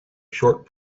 short